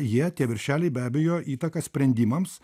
jie tie viršeliai be abejo įtaką sprendimams